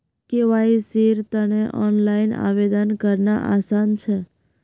केवाईसीर तने ऑनलाइन आवेदन करना आसान छ